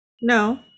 No